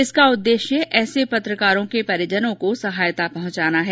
इसका उद्देश्य ऐसे पत्रकारों के परिजनों को सहायता पहुंचाना है